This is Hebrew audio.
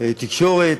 ובמשרד התקשורת.